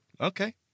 Okay